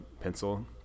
Pencil